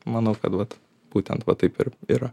manau kad vat būtent va taip ir yra